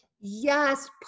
Yes